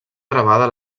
gravada